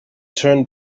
turn